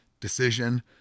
decision